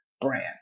brand